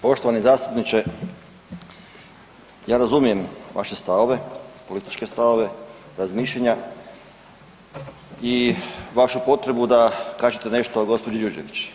Poštovani zastupniče, ja razumijem vaše stavove, političke stavove, razmišljanja i vašu potrebu da kažete nešto o gđi. Đurđević.